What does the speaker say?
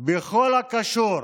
בכל הקשור